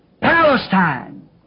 Palestine